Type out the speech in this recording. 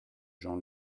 jean